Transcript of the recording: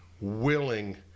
willing